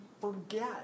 forget